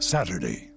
Saturday